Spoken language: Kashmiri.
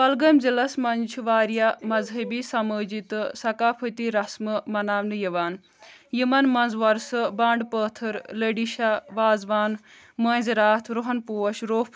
کۄلگٲمۍ ضلعس منٛز چھِ واریاہ مذہبی سمٲجی تہٕ صقافتی رسمہٕ مناونہٕ یِوان یِمن منٛز وۄرسہٕ بانٛڈٕ پٲتھٕر لٔڈی شاہ واز وان مٲنٛزۍ راتھ رُہن پوش روٚف